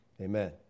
Amen